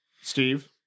Steve